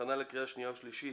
הכנה לקריאה שנייה ושלישית,